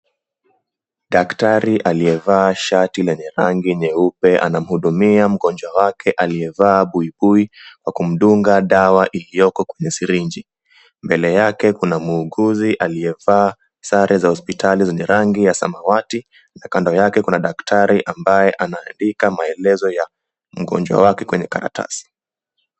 Daktari aliyevaa shati lenye rangi nyeupe anamhudumia mgonjwa wake aliyevaa buibui kwa kumdunga dawa iliyoko kwenye syringe . Mbele yake kuna muuguzi aliyevaa sare za hospitali zenye rangi ya samawati na kando yake kuna daktari ambaye anaandika maelezo ya mgonjwa wake kwenye karatasi.